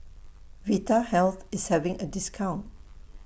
Vitahealth IS having A discount